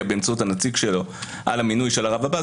באמצעות הנציג שלו על המינוי של הרב הבא.